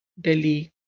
Delhi